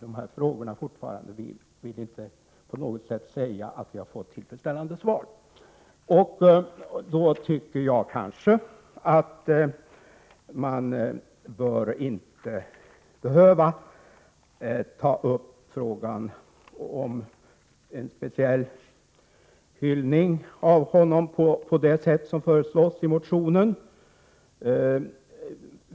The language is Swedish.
Jag vill inte på något sätt säga att vi har fått tillfredsställande svar. Man bör därför inte ta upp frågan om en speciell hyllning av Raoul Wallenberg på det sätt som föreslås i motionen.